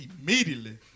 immediately